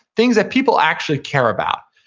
things that people actually care about.